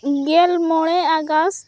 ᱜᱮᱞ ᱢᱚᱬᱮ ᱟᱜᱚᱥᱴ